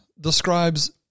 describes